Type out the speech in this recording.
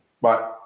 Bye